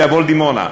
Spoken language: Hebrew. שיבוא לדימונה,